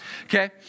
Okay